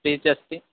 टेज् अस्ति